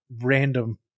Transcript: random